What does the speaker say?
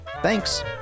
thanks